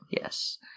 Yes